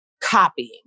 copying